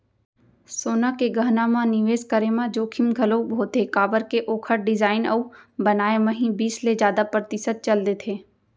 सोना के गहना म निवेस करे म जोखिम घलोक होथे काबर के ओखर डिजाइन अउ बनाए म ही बीस ले जादा परतिसत चल देथे